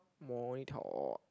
monitor